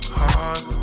heart